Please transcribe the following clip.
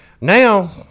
now